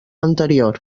anterior